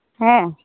ᱦᱮᱸ